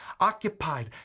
occupied